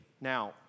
Now